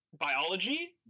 biology